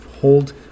hold